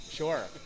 Sure